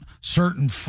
certain